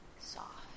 soft